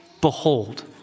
behold